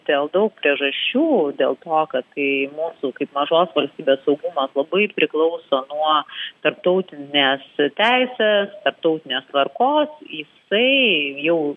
dėl daug priežasčių dėl to kad kai mūsų kaip mažos valstybės saugumas labai priklauso nuo tarptautinės teisės tarptautinės tvarkos į tai jau